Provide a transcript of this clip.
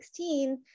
2016